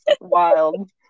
wild